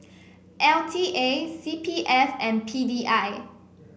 L T A C P F and P D I